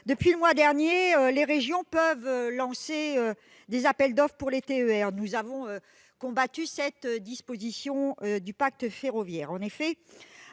depuis le mois dernier, les régions peuvent lancer des appels d'offres pour les TER. Vous le savez, nous avons combattu cette disposition du pacte ferroviaire.